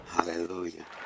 Hallelujah